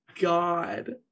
God